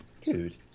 Dude